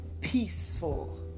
peaceful